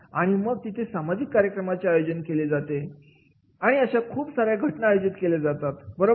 आणि मग तिथे सामाजिक कार्यक्रमांचे आयोजन केलं होतं णि अशा खूप सार्या घटना आयोजित केल्या जातात बरोबर